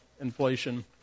inflation